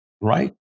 right